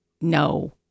No